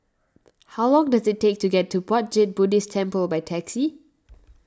how long does it take to get to Puat Jit Buddhist Temple by taxi